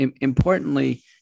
importantly